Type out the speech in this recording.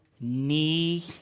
knee